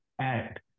act